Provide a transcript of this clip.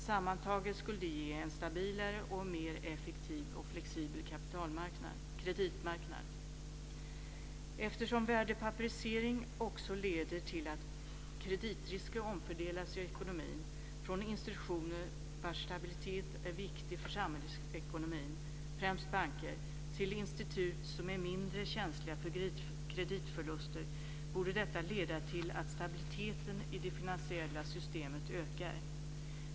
Sammantaget skulle det ge en stabilare och mer effektiv och flexibel kreditmarknad. Eftersom värdepapperisering också leder till att kreditrisker omfördelas i ekonomin, från institutioner vars stabilitet är viktig för samhällsekonomin, främst banker, till institut som är mindre känsliga kreditförluster, borde leda till att stabiliteten i det finansiella systemet ökar.